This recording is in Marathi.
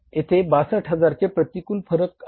येथे 62000 चे प्रतिकूल फरक आहे